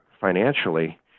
financially